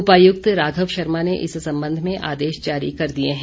उपायुक्त राघव शर्मा ने इस संबंध में आदेश जारी कर दिए हैं